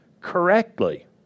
correctly